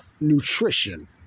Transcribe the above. nutrition